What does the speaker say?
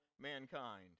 mankind